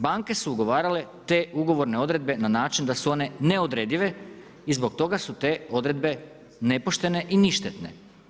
Banke su ugovarale te ugovorne odredbe na način da su one ne odredive i zbog toga su te odredbe nepoštene i ništetne.